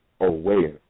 aware